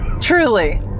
truly